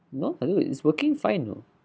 no I don't know it's working fine you know